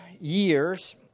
years